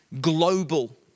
global